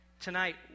tonight